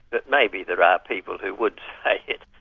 but maybe there are people who would say it.